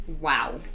Wow